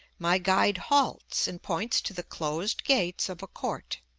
my guide halts and points to the closed gates of a court.